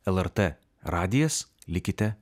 lrt radijas likite